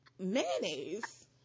mayonnaise